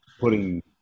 putting